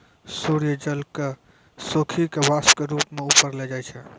सूर्य जल क सोखी कॅ वाष्प के रूप म ऊपर ले जाय छै